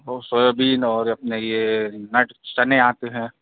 वह सोयाबीन और अपने यह नट्स चने आते हैं